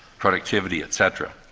productivity et cetera.